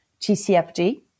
TCFD